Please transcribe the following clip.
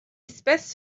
espèce